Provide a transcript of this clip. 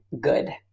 good